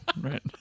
Right